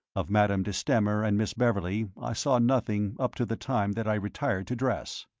of madame de stamer and miss beverley i saw nothing up to the time that i retired to dress.